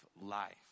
life